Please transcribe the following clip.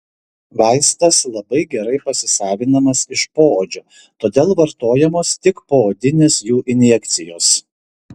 vaistas labai gerai pasisavinamas iš poodžio todėl vartojamos tik poodinės jų injekcijos